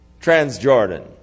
Transjordan